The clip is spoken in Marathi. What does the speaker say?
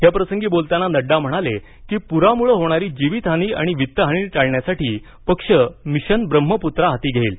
या प्रसंगी बोलताना नड्डा म्हणाले की पुरामुळे होणारी जीवितहानी आणि वित्तहानी टाळण्यासाठी पक्ष मिशन ब्रह्मपुत्रा हाती घेईल